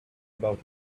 about